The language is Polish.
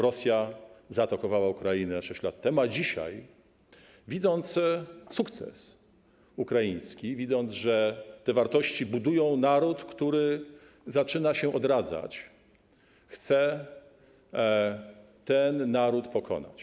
Rosja zaatakowała Ukrainę 6 lat temu, a dzisiaj widząc sukces ukraiński, widząc, że te wartości budują naród, który zaczyna się odradzać, chce ten naród pokonać.